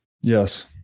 Yes